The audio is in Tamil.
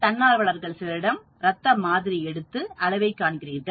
எனவே தன்னார்வலர்கள் சிலரிடம் ரத்த மாதிரி எடுத்து அளவை காண்கிறீர்கள்